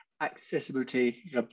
accessibility